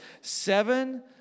Seven